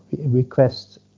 request